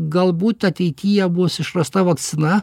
galbūt ateityje bus išrasta vakcina